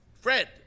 Fred